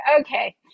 okay